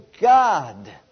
God